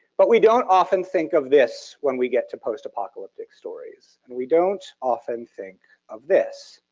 but we don't often think of this when we get to post apocalyptic stories. and we don't often think of this.